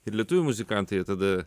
ir lietuvių muzikantai jie tada